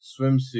swimsuit